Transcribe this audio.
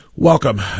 Welcome